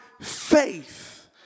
faith